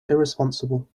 irresponsible